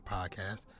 Podcast